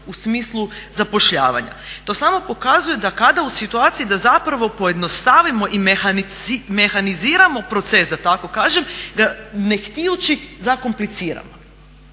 u smislu zapošljavanja. To samo pokazuje da kada u situaciji da zapravo pojednostavimo i mehaniziramo proces da tako kažem ga ne htijući zakompliciramo.